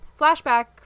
flashback